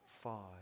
five